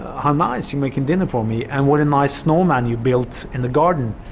how nice, you're making dinner for me, and what a nice snowman you've built in the garden.